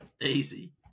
easy